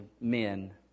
men